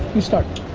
you start.